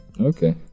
Okay